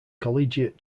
collegiate